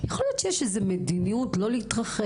יכול להיות שיש מדיניות לא להתרחב?